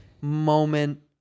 moment